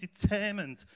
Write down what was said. determined